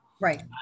Right